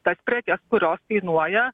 tas prekes kurios kainuoja